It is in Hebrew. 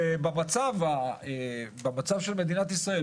ובמצב של מדינת ישראל,